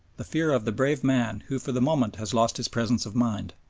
the fear of the brave man who for the moment has lost his presence of mind.